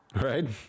Right